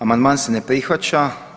Amandman se ne prihvaća.